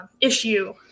issue